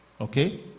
Okay